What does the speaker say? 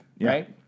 Right